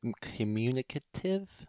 communicative